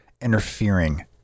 interfering